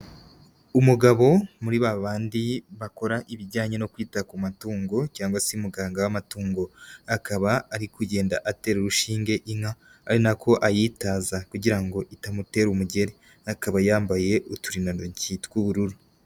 Umugabo muri ba bandi bakora ibijyanye no kwita ku matungo cyangwa se muganga w'amatungo, akaba ari kugenda atera urushinge inka ari na ko ayitaza kugira ngo itamutera umugeri, akaba yambaye uturindantoki tw'ubururu.